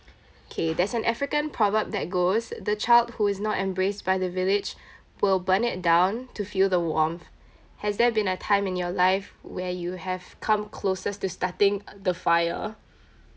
K there's an african proverb that goes the child who is not embraced by the village will burn it down to feel the warmth has there been a time in your life where you have come closest to starting uh the fire